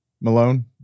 Malone